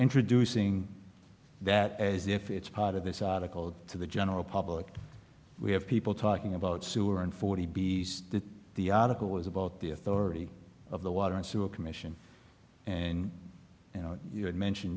introducing that as if it's part of this article to the general public we have people talking about sewer and forty b the article was about the authority of the water and sewer commission and you know you had mentioned